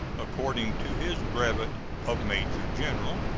according to his brevet of major-general.